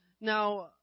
Now